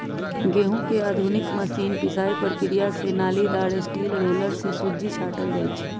गहुँम के आधुनिक मशीन पिसाइ प्रक्रिया से नालिदार स्टील रोलर से सुज्जी छाटल जाइ छइ